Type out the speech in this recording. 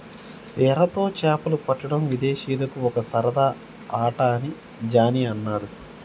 ఎరతో చేపలు పట్టడం విదేశీయులకు ఒక సరదా ఆట అని జానీ అన్నాడు